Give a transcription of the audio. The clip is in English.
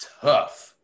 tough